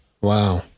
Wow